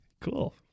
Cool